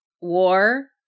war